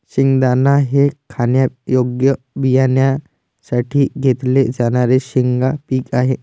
शेंगदाणा हे खाण्यायोग्य बियाण्यांसाठी घेतले जाणारे शेंगा पीक आहे